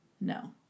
no